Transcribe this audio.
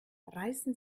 reißen